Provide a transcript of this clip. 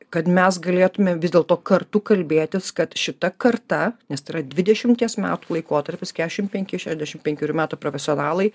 kad mes galėtumėm vis dėlto kartu kalbėtis kad šita karta nes tai yra dvidešimties metų laikotarpis keturiasdešimt penki šešiasdešimt penkerių metų profesionalai